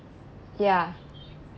ya